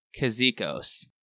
Kazikos